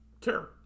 care